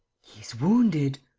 he's wounded.